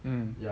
mm